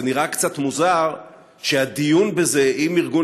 זה נראה קצת מוזר שהדיון בזה עם ארגון